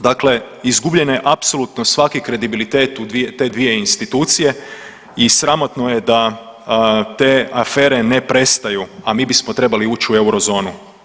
Dakle, izgubljen je apsolutno svaki kredibilitet u te dvije institucije i sramotno je da te afere ne prestaju, a mi bismo trebali ući u euro zonu.